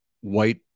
white